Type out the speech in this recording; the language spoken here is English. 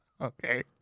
Okay